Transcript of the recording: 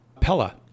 Pella